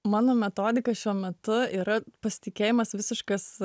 mano metodika šiuo metu yra pasitikėjimas visiškas